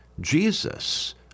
Jesus